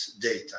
data